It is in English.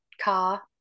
car